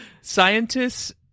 scientists